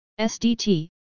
SDT